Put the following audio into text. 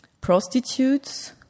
prostitutes